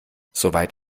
soweit